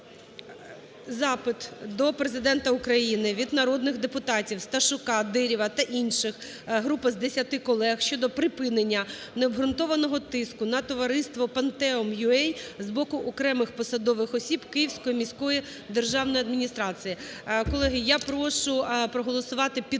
запит до Президента України від народних депутатів (Сташука, Дирівата інших – групи з 10 колег) щодо припинення необґрунтованого тиску на Товариство "ПОНТЕМ.УА" з боку окремих посадових осіб Київської міської державної адміністрації. Колеги, я прошу проголосувати підтримку